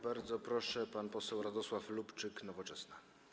Bardzo proszę, pan poseł Radosław Lubczyk, Nowoczesna.